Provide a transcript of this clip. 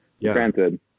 Granted